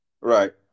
Right